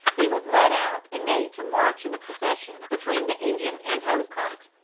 he was led out and made to march in the procession between the engine and hose-cart.